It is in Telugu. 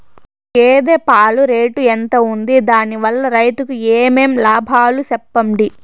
గేదె పాలు రేటు ఎంత వుంది? దాని వల్ల రైతుకు ఏమేం లాభాలు సెప్పండి?